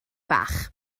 fach